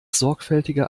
sorgfältiger